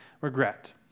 regret